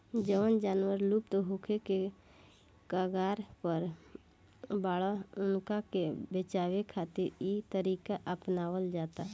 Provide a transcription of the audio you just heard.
जवन जानवर लुप्त होखे के कगार पर बाड़न उनका के बचावे खातिर इ तरीका अपनावल जाता